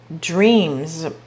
dreams